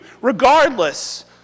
Regardless